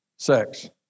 Sex